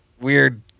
weird